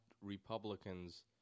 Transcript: Republicans